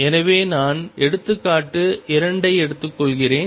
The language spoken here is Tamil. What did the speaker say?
எனவே நான் எடுத்துக்காட்டு 2 ஐ எடுத்துக்கொள்கிறேன்